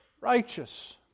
righteous